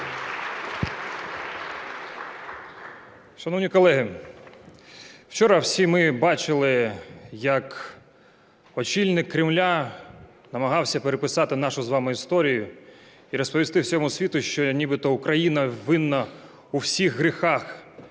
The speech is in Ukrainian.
Шановні колеги, вчора всі ми бачили, як очільник Кремля намагався переписати нашу з вами історію і розповісти всьому світу, що нібито Україна винна у всіх гріхах